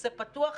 נושא פתוח.